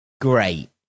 great